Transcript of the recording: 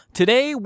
Today